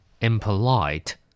Impolite